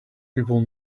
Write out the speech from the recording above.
people